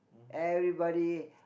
everybody